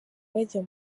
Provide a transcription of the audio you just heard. bajya